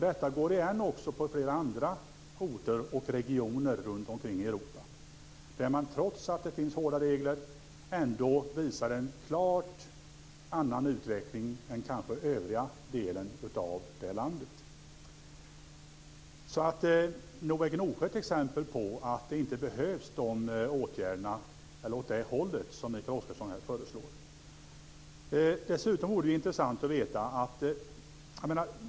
Detta går igen på flera andra orter och i regioner runtomkring i Europa. Trots att det finns hårda regler visar de ändå en klart annan utveckling än kanske övriga delen av det landet. Nog är Gnosjö ett exempel på att det inte behövs åtgärder åt det håll Mikael Oscarsson föreslår. Dessutom vore det intressant att få veta följande.